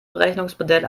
berechnungsmodell